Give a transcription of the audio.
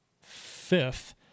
fifth